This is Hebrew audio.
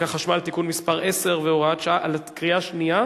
החשמל (תיקון מס' 10 והוראת שעה) בקריאה השנייה